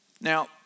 Now